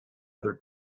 other